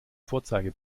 vorzeige